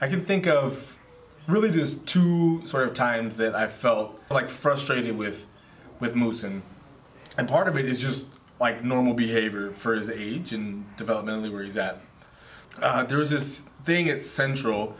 i can think of really just to sort of times that i felt like frustrated with with moose and and part of it is just like normal behavior for his age and developmentally worries that there is this thing it's central